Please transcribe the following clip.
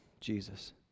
jesus